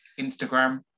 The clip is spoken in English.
Instagram